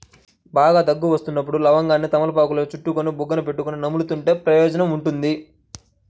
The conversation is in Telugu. బాగా దగ్గు వస్తున్నప్పుడు లవంగాన్ని తమలపాకులో చుట్టుకొని బుగ్గన పెట్టుకొని నములుతుంటే ప్రయోజనం ఉంటుంది